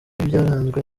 byaranzwe